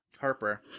harper